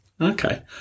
Okay